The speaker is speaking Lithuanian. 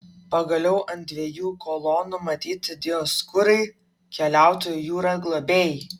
pagaliau ant dviejų kolonų matyti dioskūrai keliautojų jūra globėjai